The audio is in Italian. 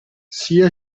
sia